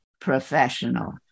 professional